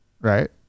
Right